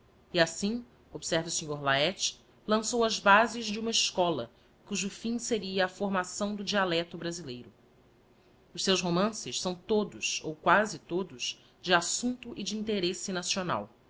e assim observa o sr laet lançou as bases de uma escola cujo fim seria a formação do dialecto brasileiro os seus romances sáo todos ou quast todos de assumpto e de interesse nacional